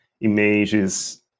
images